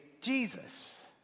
Jesus